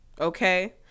Okay